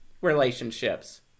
relationships